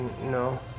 No